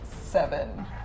seven